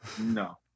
no